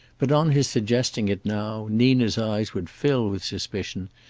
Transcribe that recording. but on his suggesting it now nina's eyes would fill with suspicion,